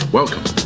Welcome